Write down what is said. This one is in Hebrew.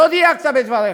לא דייקת בדבריך,